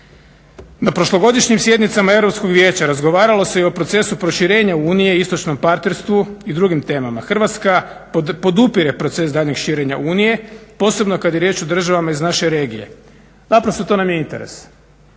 Na prošlogodišnjim sjednicama Europskog vijeća razgovaralo se i o procesu proširenja Unije i istočnom partnerstvu i drugim temama. Hrvatska podupire proces daljnjeg širenja Unije, posebno kad je riječ o državama iz naše regije. Naprosto, to nam je interes.